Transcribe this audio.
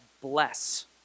bless